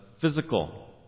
physical